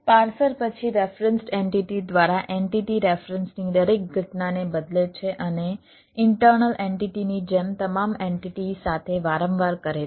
parser પછી referenced entity દ્વારા entity રેફરન્સની દરેક ઘટનાને બદલે છે અને ઇન્ટર્નલ એન્ટિટીની જેમ તમામ એન્ટિટી સાથે વારંવાર કરે છે